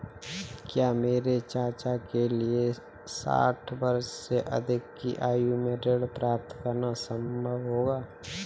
क्या मेरे चाचा के लिए साठ वर्ष से अधिक की आयु में ऋण प्राप्त करना संभव होगा?